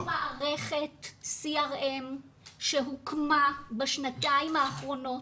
יש מערכת CRM שהוקמה בשנתיים האחרונות